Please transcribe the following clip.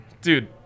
Dude